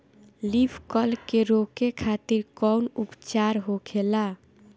Leaf curl के रोके खातिर कउन उपचार होखेला?